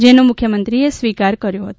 જેનો મુખ્યમંત્રીએ સ્વીકાર કર્યો હતો